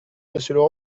monsieur